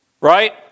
Right